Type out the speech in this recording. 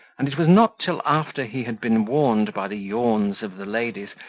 and it was not till after he had been warned by the yawns of the ladies,